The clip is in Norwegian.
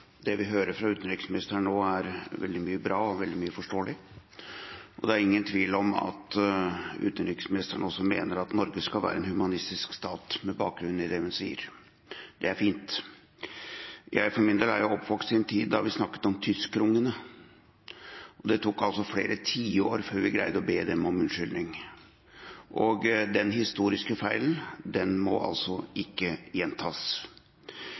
utenriksministeren nå, er veldig mye bra og veldig mye forståelig. Det er ingen tvil om at utenriksministeren også mener at Norge skal være en humanistisk stat, med bakgrunn i det hun sier. Det er fint. Jeg for min del er oppvokst i en tid da vi snakket om «tyskerungene», og det tok flere tiår før vi greide å be dem om unnskyldning. Den historiske feilen må ikke gjentas.